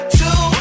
two